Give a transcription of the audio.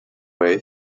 way